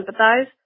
empathize